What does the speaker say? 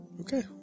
Okay